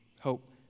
Hope